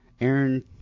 Aaron